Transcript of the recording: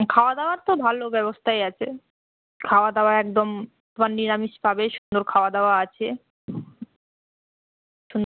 খাওয়া দাওয়ার তো ভালো ব্যবস্থাই আছে খাওয়া দাওয়া একদম তোমার নিরামিষ পাবে সুন্দর খাওয়া দাওয়া আছে